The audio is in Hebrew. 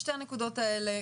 שתי הנקודות האלה,